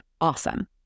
awesome